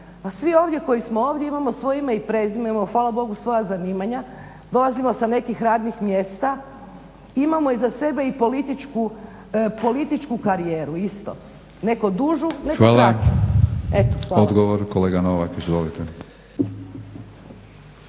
svi ovdje koji smo ovdje imamo svoje ime i prezime, imamo hvala Bogu svoja zanimanja, dolazimo sa nekih radnih mjesta, imamo iza sebe i političku karijeru isto. Neko dužu, netko kraću. Eto, hvala. **Batinić,